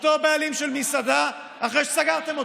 בעלים של מסעדה, אחרי שסגרתם אותו.